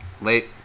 Late